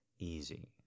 Easy